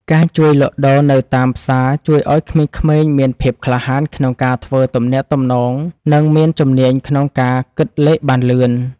ការជួយលក់ដូរនៅតាមផ្សារជួយឱ្យក្មេងៗមានភាពក្លាហានក្នុងការធ្វើទំនាក់ទំនងនិងមានជំនាញក្នុងការគិតលេខបានលឿន។